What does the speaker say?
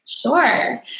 Sure